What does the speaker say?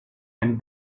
and